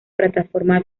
plataforma